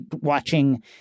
watching